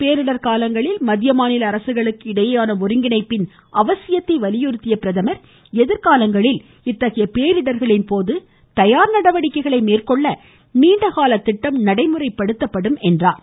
பேரிடர் மத்திய மாநில அரசுகளுக்கு இடையேயான ஒருங்கிணைப்பின் அவசியத்தை வலியுறுத்திய பிரதமா் எதிர்காலங்களில் இத்தகைய பேரிடரின்போது தயார் நடவடிக்கைகளை மேற்கொள்ள நீண்டகால திட்டம் நடைமுறைப்படுத்தப்படும் என்று கூறினார்